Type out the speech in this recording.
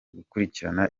gukurikirana